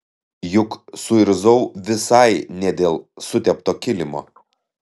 juk suirzau visai ne dėl sutepto kilimo